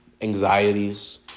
anxieties